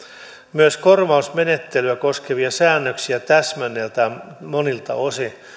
myös korvausmenettelyä koskevia säännöksiä täsmennetään monilta osin